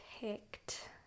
picked